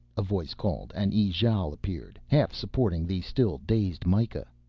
a voice called and ijale appeared, half-supporting the still dazed mikah.